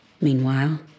Meanwhile